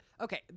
Okay